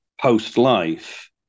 post-life